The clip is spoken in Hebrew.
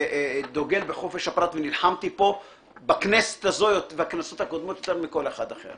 דוגל בחופש הפרט ונלחמתי פה בכנסת הזו ובכנסות הקודמות יותר מכל אחד אחר